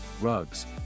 rugs